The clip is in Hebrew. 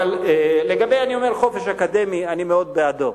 לגבי חופש אקדמי, אני מאוד בעדו,